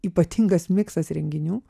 ypatingas miksas renginių